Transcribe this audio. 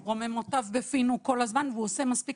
שרוממותו בפינו כל הזמן והוא עושה מספיק